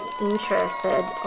interested